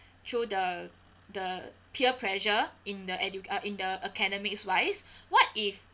through the the peer pressure in the edu~ uh in the academics wise what if